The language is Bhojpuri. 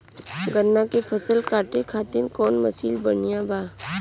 गन्ना के फसल कांटे खाती कवन मसीन बढ़ियां बा?